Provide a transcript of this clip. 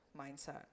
mindset